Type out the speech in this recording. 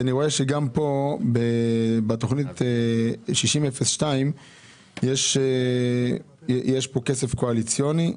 אני רואה שגם פה בתוכנית 60-02 יש כסף קואליציוני.